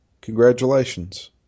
Congratulations